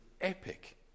epic